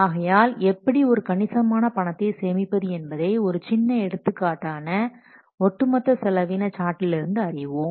ஆகையால் எப்படி ஒரு கணிசமான பணத்தை சேமிப்பது என்பதை ஒரு சின்ன எடுத்துக்காட்டான ஒட்டு மொத்த செலவின சார்ட்லிருந்து அறிவோம்